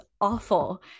awful